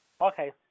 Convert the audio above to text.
Okay